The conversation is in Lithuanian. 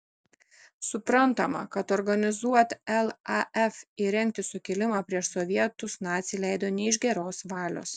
suprantama kad organizuoti laf ir rengti sukilimą prieš sovietus naciai leido ne iš geros valios